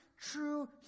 true